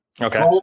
Okay